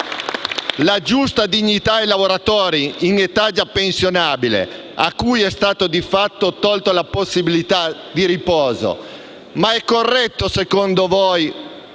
la giusta dignità ai lavoratori già in età pensionabile, a cui è stata di fatto tolta la possibilità di riposo. Secondo voi